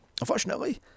Unfortunately